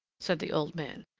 said the old man.